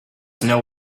know